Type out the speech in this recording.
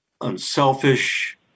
unselfish